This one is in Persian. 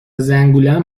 زنگولم